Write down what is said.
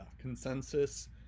consensus